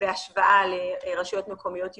בהשוואה לרשויות מקומיות יהודיות,